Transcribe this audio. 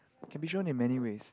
can be shown in many ways